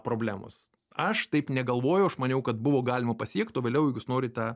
problemos aš taip negalvoju aš maniau kad buvo galima pasiekt o vėliau jūs norite